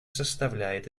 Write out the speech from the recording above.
составляет